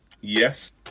Yes